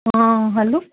हा हल्लो